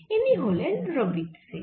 ইনি হলেন রবীথ সিং